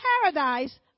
paradise